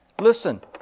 listen